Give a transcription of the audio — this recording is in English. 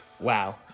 Wow